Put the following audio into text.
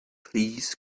please